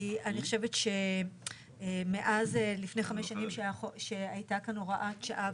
אני חושבת מאז לפני חמש שנים שהייתה כאן הוראת שעה,